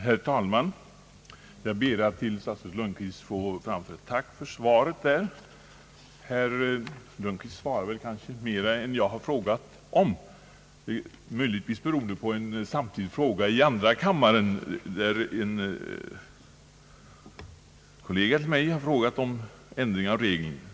Herr talman! Jag ber att till statsrådet Lundkvist få framföra mitt tack för svaret. Herr Lundkvist svarade kanske på mera än jag hade frågat om, möjligtvis beroende på att en av mina kolleger i andra kammaren samtidigt har frågat om ändring av regeln.